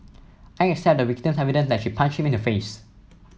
I accept the victim's evidence that she punched him in the face